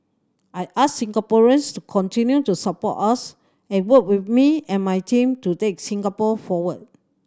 I ask Singaporeans to continue to support us and work with me and my team to take Singapore forward